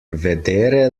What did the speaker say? vedere